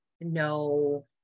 no